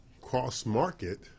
cross-market